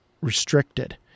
restricted